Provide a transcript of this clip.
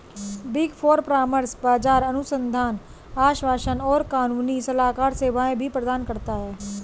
big Four परामर्श, बाजार अनुसंधान, आश्वासन और कानूनी सलाहकार सेवाएं भी प्रदान करता है